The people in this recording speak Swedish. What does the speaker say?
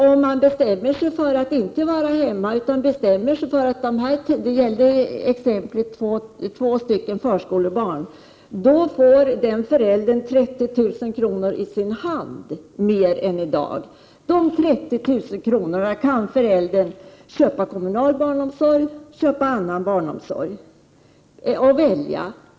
Om man bestämmer sig för att inte stanna hemma — det här gäller en familj med två förskolebarn — får föräldern 30 000 kr. mer i sin hand än i dag. För dessa 30 000 kan föräldern köpa kommunal barnomsorg eller annan barnomsorg.